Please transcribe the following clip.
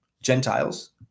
Gentiles